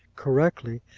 correctly,